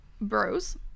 bros